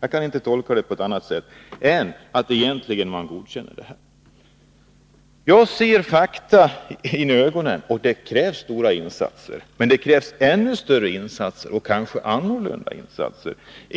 Jag kan inte tolka det på annat sätt än så, att man egentligen godkänner denna arbetslöshet. Jag ser fakta i ögonen, och det krävs stora insatser. Det krävs ännu större, och kanske annorlunda, insatser än vad som görs.